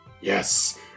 Yes